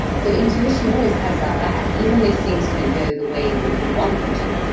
so, intuition always has our back even if things don't go the way that we want them too.